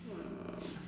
um